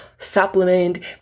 Supplement